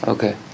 Okay